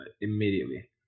immediately